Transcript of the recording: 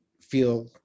feel